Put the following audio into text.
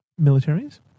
militaries